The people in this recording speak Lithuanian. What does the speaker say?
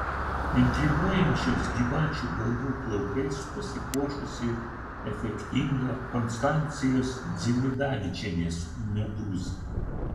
intriguojančiais gyvačių galvų plaukais pasipuošusi efektinga konstancijos dzimidavičienės medūza